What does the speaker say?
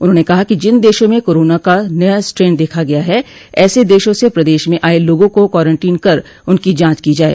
उन्होंने कहा कि जिन देशों में कोरोना का नया स्ट्रेन देखा गया है ऐसे देशों से प्रदेश में आये लोगों को क्वारंटीन कर उनकी जांच की जाये